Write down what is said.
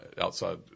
outside